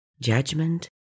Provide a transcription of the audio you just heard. judgment